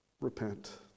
repent